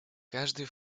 каждый